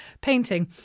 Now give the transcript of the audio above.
painting